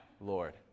Lord